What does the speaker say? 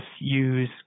use